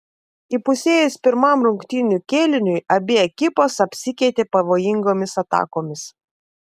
įpusėjus pirmam rungtynių kėliniui abi ekipos apsikeitė pavojingomis atakomis